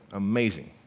amazing.